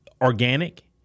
organic